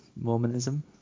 mormonism